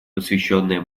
посвященная